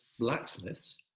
Blacksmiths